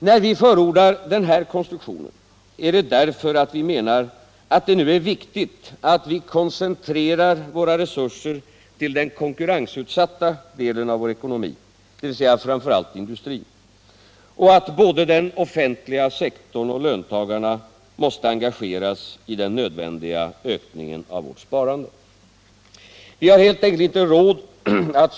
När vi förordar den här konstruktionen är det därför att vi menar att det nu är viktigt att resurserna koncentreras till den konkurrensutsatta delen av vår Finansdebatt Finansdebatt ekonomi, dvs. framför allt industrin, och att både den offentliga sektorn och löntagarna måste engageras i den nödvändiga ökningen av vårt sparande. Vi har helt enkelt inte råd att.